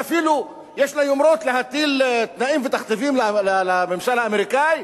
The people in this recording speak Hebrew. ואפילו יש לה יומרות להטיל תנאים ותכתיבים לממשל האמריקני,